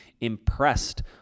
impressed